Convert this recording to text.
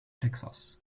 texas